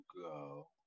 go